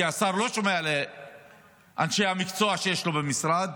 כי השר לא שומע לאנשי המקצוע שיש לו במשרד,